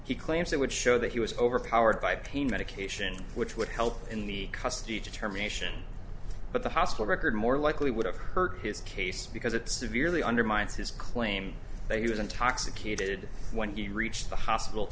he claims that would show that he was overpowered by pain medication which would help in the custody terminations but the hospital record more likely would have hurt his case because it severely undermines his claim that he was intoxicated when he reached the hospital